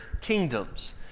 kingdoms